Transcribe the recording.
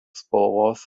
spalvos